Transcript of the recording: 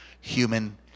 human